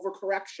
overcorrection